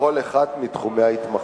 בכל אחד מתחומי ההתמחות,